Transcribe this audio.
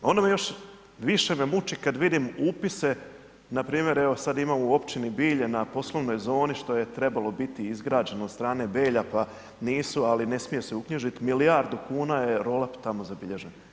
Onda me još više me muči kad vidim upise npr. evo sad ima u općini Bilje na poslovnoj zoni što je trebalo biti izgrađeno od strane Belja pa nisu, ali ne smiju se uknjižiti milijardu kuna je rolap tamo zabilježen.